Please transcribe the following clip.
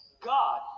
God